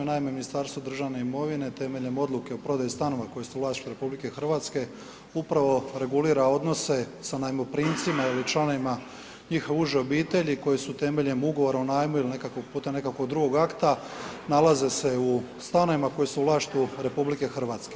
Naime, Ministarstvo državne imovine temeljem odluke o prodaji stanova koji su u vlasništvu RH, upravo regulira odnose sa najmoprimcima ili članovima njihove uže obitelji koji su temeljem ugovora o najmu ili putem nekakvog drugog akta nalaze se u stanovima koji su u vlasništvu RH.